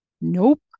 Nope